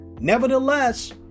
Nevertheless